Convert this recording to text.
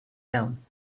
down